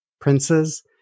princes